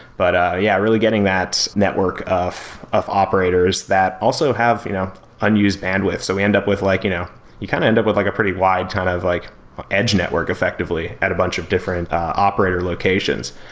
but ah yeah, really getting that network of operators operators that also have you know unused bandwidth. so we end up with like you know you kind of end up with like a pretty wide kind of like edge network effectively at a bunch of different operator locations.